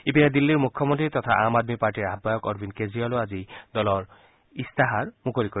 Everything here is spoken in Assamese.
ইপিনে দিল্লীৰ মুখ্যমন্ত্ৰী তথা আম আদমী পাৰ্টিৰ আহায়ক অৰবিন্দ কেজৰিৱালেও আজি দলৰ ইস্তাহাৰ মুকলি কৰিব